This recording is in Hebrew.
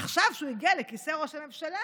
עכשיו, כשהוא הגיע לכיסא ראש הממשלה,